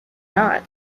not